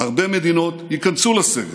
הרבה מדינות ייכנסו לסגר.